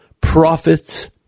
prophets